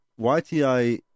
YTI